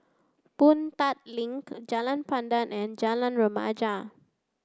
Boon Tat Link Jalan Pandan and Jalan Remaja